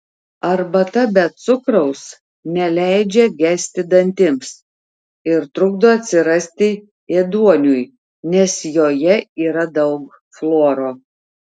arbata be cukraus neleidžia gesti dantims ir trukdo atsirasti ėduoniui nes joje yra daug fluoro